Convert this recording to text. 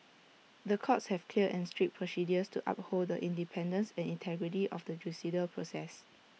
the courts have clear and strict procedures to uphold The Independence and integrity of the judicial process